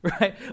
right